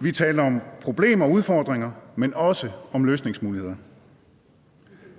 Vi talte om problemer og udfordringer, men også om løsningsmuligheder.